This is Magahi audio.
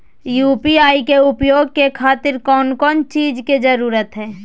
यू.पी.आई के उपयोग के खातिर कौन कौन चीज के जरूरत है?